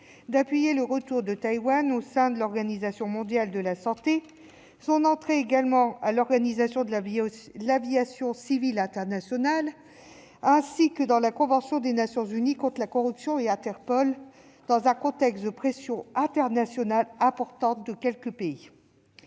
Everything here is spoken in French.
d'appuyer le retour de Taïwan au sein de l'Organisation mondiale de la santé, son entrée à l'Organisation de l'aviation civile internationale, ainsi que dans la Convention des Nations unies contre la corruption et Interpol, dans un contexte de pressions internationales importantes de quelques pays.